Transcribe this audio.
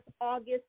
August